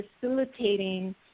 facilitating